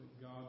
God